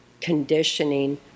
conditioning